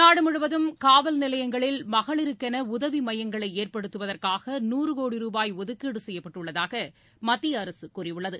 நாடு முழுவதும் காவல் நிலையங்களில் மகளிருக்கென உதவி மையங்களை ஏற்படுத்துவதற்காக நூறு கோடி ரூபாய் ஒதுக்கீடு செய்யப்பட்டுள்ளதாக மத்திய அரசு கூறியுள்ளது